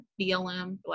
BLM